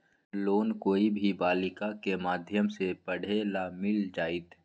Loan कोई भी बालिका के माध्यम से पढे ला मिल जायत?